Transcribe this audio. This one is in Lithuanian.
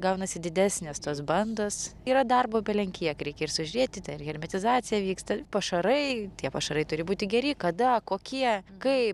gaunasi didesnės tos bandos yra darbo belenkiek reikia ir sužiūrėti ten ir hermetizacija vyksta pašarai tie pašarai turi būti geri kada kokie kaip